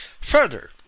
Further